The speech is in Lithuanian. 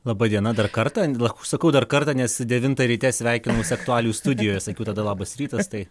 laba diena dar kartą ach sakau dar kartą nes devintą ryte sveikinausi aktualijų studijoje sakiau tada labas rytas tai